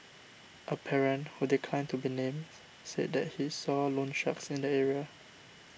a parent who declined to be named said that he saw loansharks in the area